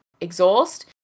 exhaust